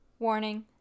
Warning